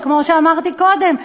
שכמו שאמרתי קודם,